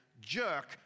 jerk